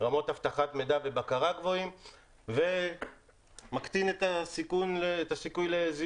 רמות אבטחת מידע ובקרה גבוהות ומקטין את הסיכוי לזיוף.